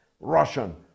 Russian